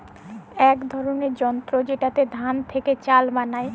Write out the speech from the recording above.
এক ধরনের যন্ত্র যেটাতে ধান থেকে চাল বানায়